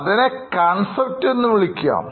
അതിനെ concept എന്ന് വിളിക്കാം